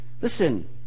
Listen